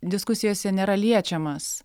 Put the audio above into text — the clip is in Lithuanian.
diskusijose nėra liečiamas